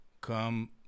come